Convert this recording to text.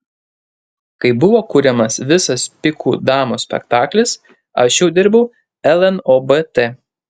kai buvo kuriamas visas pikų damos spektaklis aš jau dirbau lnobt